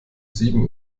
sieben